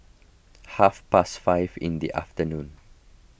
half past five in the afternoon